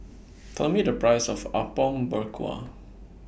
Tell Me The Price of Apom Berkuah